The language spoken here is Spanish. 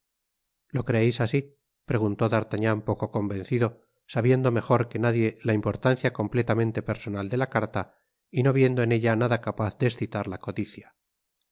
lo creeis así preguntó d'artagnan poco convencido sabiendo mejor que nadie la importancia completamente personal de la carta y no viendo en ella nada capaz de excitar la codicia